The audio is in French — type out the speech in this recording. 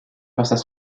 passent